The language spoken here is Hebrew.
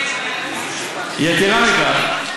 יתרה מכך,